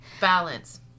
Balance